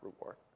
reward